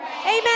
Amen